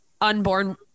unborn